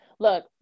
Look